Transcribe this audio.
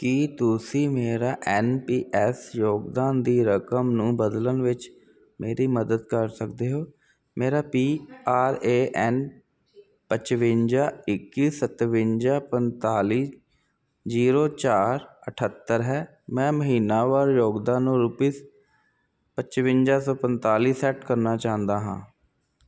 ਕੀ ਤੁਸੀਂ ਮੇਰਾ N P S ਯੋਗਦਾਨ ਦੀ ਰਕਮ ਨੂੰ ਬਦਲਣ ਵਿੱਚ ਮੇਰੀ ਮਦਦ ਕਰ ਸਕਦੇ ਹੋ ਮੇਰਾ ਪੀ ਆਰ ਏ ਐੱਨ ਪਚਵੰਜਾ ਇੱਕੀ ਸਤਵੰਜਾ ਪੰਤਾਲੀ ਜੀਰੋ ਚਾਰ ਅਠੱਤਰ ਹੈ ਮੈਂ ਮਹੀਨਾਵਾਰ ਯੋਗਦਾਨ ਨੂੰ ਰੁਪਿਸ ਪਚਵੰਜਾ ਸੌ ਪੰਤਾਲੀ ਸੈੱਟ ਕਰਨਾ ਚਾਹੁੰਦਾ ਹਾਂ